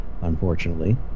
unfortunately